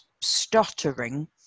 stuttering